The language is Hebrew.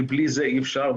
כי בלי זה אי אפשר.